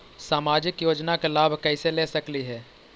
सामाजिक योजना के लाभ कैसे ले सकली हे?